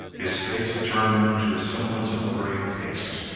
his face turned to a semblance of gray paste.